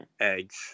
eggs